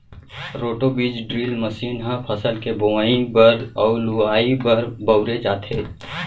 roto बीज drill machine ह फसल के बोवई बर अउ लुवाई बर बउरे जाथे